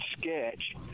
sketch